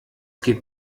geht